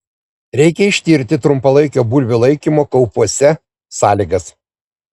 reikia ištirti trumpalaikio bulvių laikymo kaupuose sąlygas